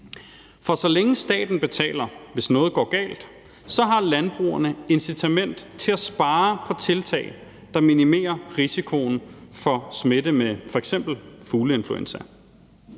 For så længe staten betaler, hvis noget går galt, så har landbrugerne et incitament til at spare på tiltag, der minimerer risikoen for smitte med f.eks. fugleinfluenza,